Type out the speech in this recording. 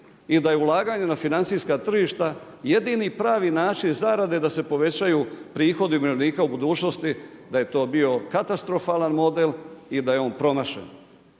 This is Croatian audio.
I da je ulaganja na financijska tržišta jedini pravi način zarade da se povećaju prihodi umirovljenika u budućnosti, da je to bio katastrofalan model i da je on promašen.